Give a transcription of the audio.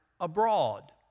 abroad